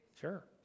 Sure